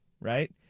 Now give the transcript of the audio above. right